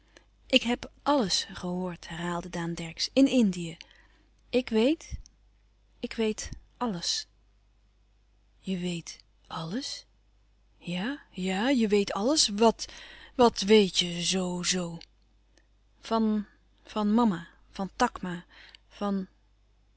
ik heb alles gehoord herhaalde daan dercksz in indië ik weet ik weet alles je weet alles ja ja je weet alles wat wat weet je zoo-zoo louis couperus van oude menschen de dingen die voorbij gaan van van mama van takma van